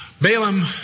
Balaam